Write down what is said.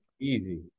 Easy